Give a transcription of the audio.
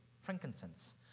frankincense